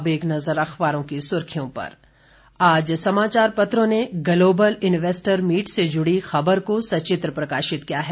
अब एक नजर अखबारों की सुर्खियों पर आज समाचार पत्रों ने ग्लोबल इन्वेस्टर मीट से जुड़ी खबर को सचित्र प्रकाशित किया है